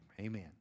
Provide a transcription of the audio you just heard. Amen